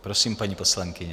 Prosím, paní poslankyně.